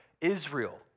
Israel